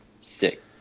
Sick